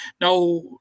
Now